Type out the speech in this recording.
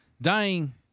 dying